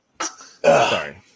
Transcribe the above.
Sorry